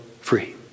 free